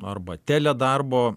arba teledarbo